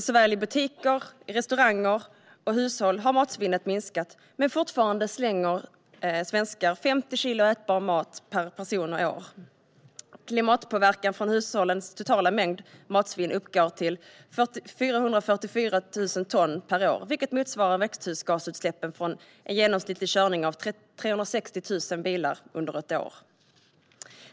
Såväl i butiker och restauranger som i hushåll har matsvinnet minskat, men fortfarande slänger svenskar 50 kilo ätbar mat per person och år. Klimatpåverkan från hushållens totala mängd matsvinn uppgår till 444 000 ton per år, vilket motsvarar växthusgasutsläppen från en genomsnittlig körning av 360 000 bilar under ett år.